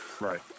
Right